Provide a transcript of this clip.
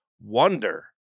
wonder